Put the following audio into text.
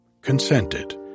consented